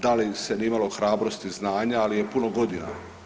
Da li se nije imalo hrabrosti, znanja ali je puno godina.